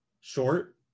short